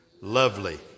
Lovely